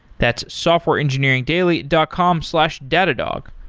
that's softwareengineeringdaily dot com slash datadog.